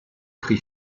prit